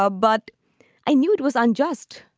ah but i knew it was unjust.